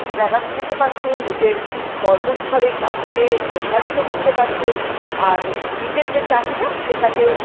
বেড়াতে যেতে পারছে নিজের কর্মস্থলের কাজকে প্রসারিত করতে পারছে আর নিজের যে চাহিদা সেটাকেও